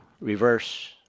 reverse